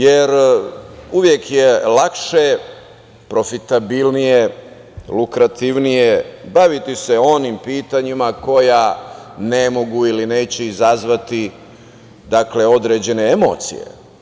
Jer, uvek je lakše, profitabilnije, lukrativnije baviti se onim pitanjima koja ne mogu ili neće izazvati određene emocije.